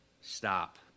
stop